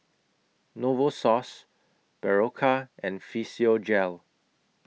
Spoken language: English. Novosource Berocca and Physiogel